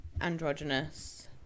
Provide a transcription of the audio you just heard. androgynous